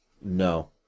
no